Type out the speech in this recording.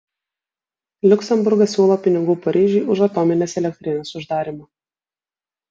liuksemburgas siūlo pinigų paryžiui už atominės elektrinės uždarymą